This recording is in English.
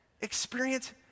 Experience